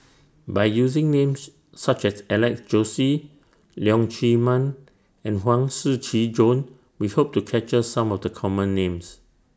By using Names such as Alex Josey Leong Chee Mun and Huang Shiqi Joan We Hope to capture Some of The Common Names